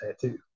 tattoo